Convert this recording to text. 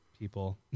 people